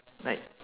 like